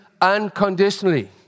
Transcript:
unconditionally